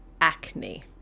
acne